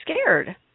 scared